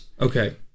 Okay